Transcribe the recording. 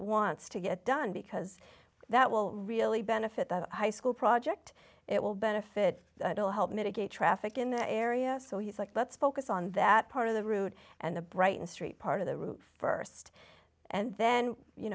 wants to get done because that will really benefit the high school project it will benefit to help mitigate traffic in the area so he's like let's focus on that part of the route and the brighton street part of the route first and then you